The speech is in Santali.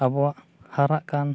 ᱟᱵᱚᱣᱟᱜ ᱦᱟᱨᱟᱜ ᱠᱟᱱ